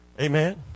Amen